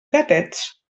gatets